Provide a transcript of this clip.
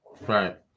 right